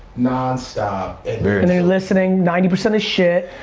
nonstop. and they're listening, ninety percent is shit.